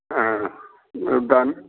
మేము దాన్ని